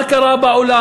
מה קרה בעולם?